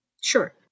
Sure